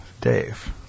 dave